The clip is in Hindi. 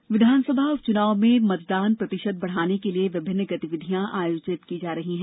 मतदाता जागरूकता विधानसभा उपचुनाव में मतदान प्रतिशत बढ़ाने के लिए विभिन्न गतिविधियां आयोजित की जा रही हैं